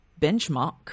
benchmark